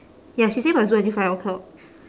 yes she say must do until five o'clock